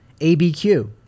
ABQ